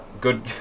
good